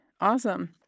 Awesome